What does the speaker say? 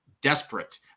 desperate